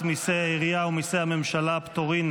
מיסי העירייה ומיסי הממשלה (פטורין)